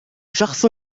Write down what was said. شخص